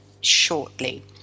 shortly